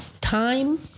time